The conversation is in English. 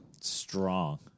Strong